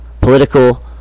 political